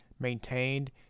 maintained